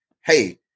hey